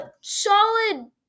solid